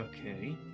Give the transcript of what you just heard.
okay